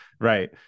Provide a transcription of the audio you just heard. right